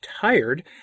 tired